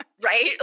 Right